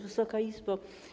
Wysoka Izbo!